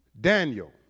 Daniel